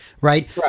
right